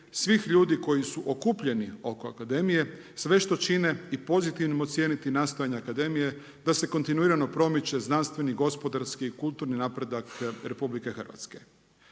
svih ljudi koji su okupljeni oko Akademije, sve što čine i pozitivnim ocijeniti nastojanja Akademije da se kontinuirano promiče znanstveni, gospodarski i kulturni napredak RH.